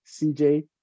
CJ